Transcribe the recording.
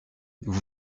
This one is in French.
vous